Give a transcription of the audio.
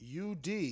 UD